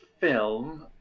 film